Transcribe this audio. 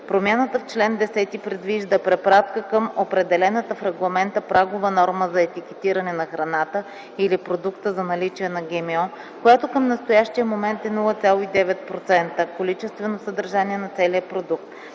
Промяната в чл. 10 предвижда препратка към определената в регламента прагова норма за етикетиране на храната или продукта за наличие на ГМО, която към настоящия момент е 0,9% количествено съдържание от целия продукт.